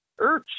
Urch